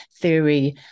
theory